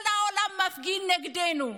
כל העולם מפגין נגדנו.